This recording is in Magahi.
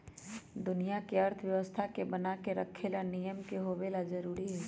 दुनिया के अर्थव्यवस्था के बनाये रखे ला नियम के होवे ला जरूरी हई